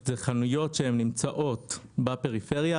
אלה חנויות נמצאות בפריפריה,